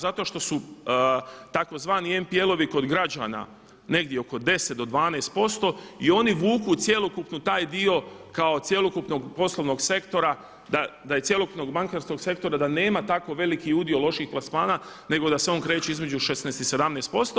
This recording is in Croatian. Zato što su tzv. NPL-ovi kod građana negdje oko 10 do 12% i oni vuku cjelokupno taj dio kad cjelokupnog poslovnog sektora, da i cjelokupnog bankarskog sektora, da nema tako veliki udio loših plasmana nego da se on kreće između 16 i 17%